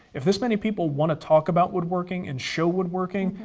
if this many people want to talk about woodworking, and show woodworking,